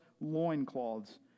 loincloths